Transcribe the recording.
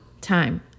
time